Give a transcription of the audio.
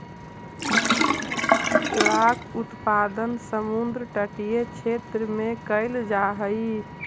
जोडाक उत्पादन समुद्र तटीय क्षेत्र में कैल जा हइ